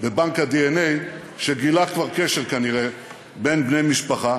בבנק הדנ"א והתגלה כבר קשר, כנראה, בין בני משפחה.